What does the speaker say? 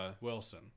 Wilson